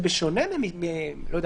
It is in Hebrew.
זה שונה ממספרה.